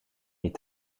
niet